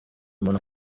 umuntu